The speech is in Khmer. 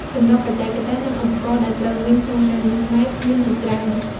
សម្រាប់បច្ចេកទេស និងឧបករណ៍ដែលត្រូវមានក្នុងការងារស្បែកមានជាច្រើន។